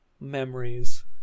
memories